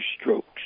strokes